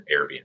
Airbnb